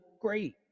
great